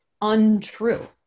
untrue